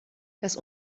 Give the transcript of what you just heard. das